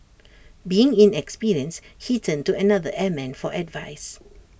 being inexperienced he turned to another airman for advice